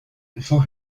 before